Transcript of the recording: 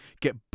get